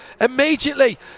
immediately